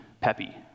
peppy